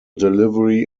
delivery